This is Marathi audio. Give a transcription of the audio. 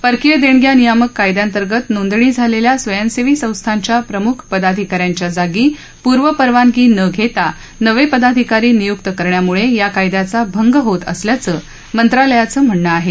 परकीय देणग्या नियामक कायद्यांतर्गत नोंदणी झालेल्या स्वयंसेवी संस्थांच्या प्रमुख पदाधिकाऱ्यांच्या जागी पूर्वपरवानगी न घेता नवे पदाधिकारी नियुक्त करण्यामुळे या कायद्याचा भंग होत असल्याचं मंत्रालयाचं म्हणणं आहे